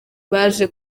baje